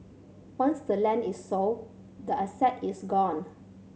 once the land is sold the asset is gone